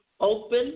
open